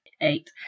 Eight